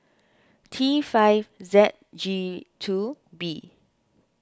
T five Z G two B